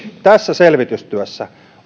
tässä selvitystyössä